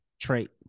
trait